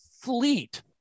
fleet